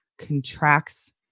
contracts